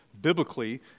biblically